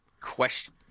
Question